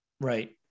right